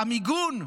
המיגון,